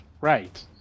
Right